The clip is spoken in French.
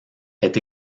est